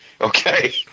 okay